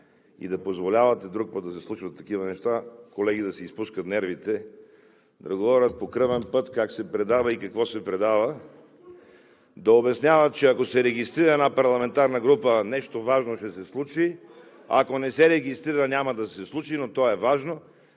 и да позволявате друг път да се случват такива неща – колеги да си изпускат нервите, да говорят по кръвен път как се предава и какво се предава, да обясняват, че ако се регистрира една парламентарна група, нещо важно ще се случи, ако не се регистрира – няма да се случи, но то е важно.